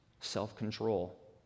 self-control